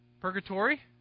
Purgatory